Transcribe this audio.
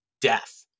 death